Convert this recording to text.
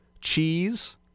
Cheese